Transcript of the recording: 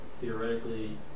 theoretically